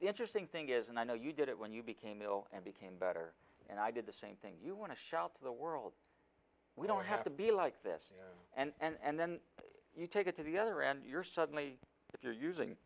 the interesting thing is and i know you did it when you became ill and became better and i did the same thing you want to shout to the world we don't have to be like this and then you take it to the other end you're suddenly if you're using